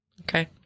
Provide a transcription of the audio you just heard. Okay